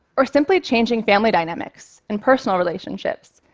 or simply changing family dynamics and personal relationships.